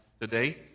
today